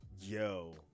yo